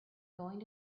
going